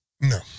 No